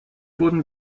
wurden